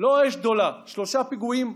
לא אש גדולה, שלושה פיגועים,